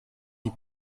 die